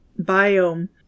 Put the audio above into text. biome